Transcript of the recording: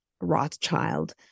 Rothschild